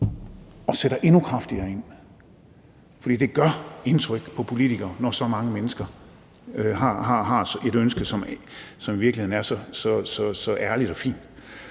og sætter endnu kraftigere ind, for det gør indtryk på politikere, når så mange mennesker har et ønske, som i virkeligheden er så ærligt og fint.